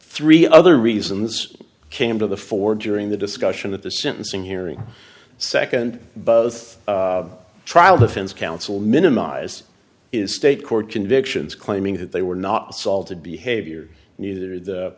three other reasons came to the fore during the discussion at the sentencing hearing second both trial defense counsel minimize is state court convictions claiming that they were not assaulted behavior neither the